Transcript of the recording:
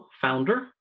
founder